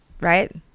right